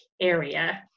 area